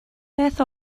beth